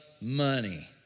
money